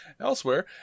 Elsewhere